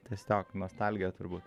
tiesiog nostalgija turbūt